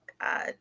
God